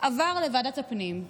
כ"חוק רן כהן" עבר לוועדת הפנים,